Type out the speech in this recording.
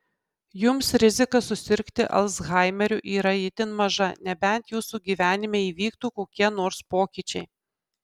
jums rizika susirgti alzhaimeriu yra itin maža nebent jūsų gyvenime įvyktų kokie nors pokyčiai